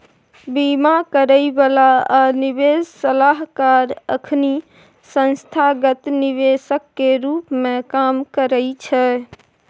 बीमा करइ बला आ निवेश सलाहकार अखनी संस्थागत निवेशक के रूप में काम करइ छै